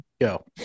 Go